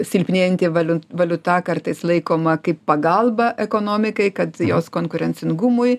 silpnėjanti valiun valiuta kartais laikoma kaip pagalba ekonomikai kad jos konkurencingumui